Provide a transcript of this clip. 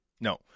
No